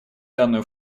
данную